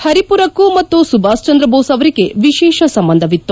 ಪರಿಮರಕ್ಕೂ ಮತ್ತು ಸುಭಾಷ್ ಚಂದ್ರ ಬೋಸ್ ಅವರಿಗೆ ವಿಶೇಷ ಸಂಬಂಧವಿತ್ತು